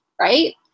right